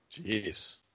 Jeez